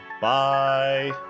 Bye